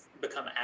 become